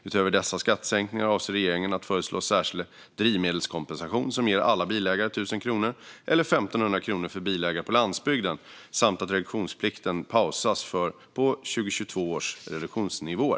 Utöver dessa skattesänkningar avser regeringen att föreslå en särskild drivmedelskompensation som ger alla bilägare 1 000 kronor, eller 1 500 kronor för bilägare på landsbygden, samt att reduktionsplikten pausas på 2022 års reduktionsnivåer.